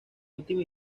última